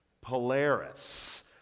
Polaris